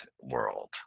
world